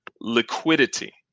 liquidity